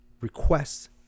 requests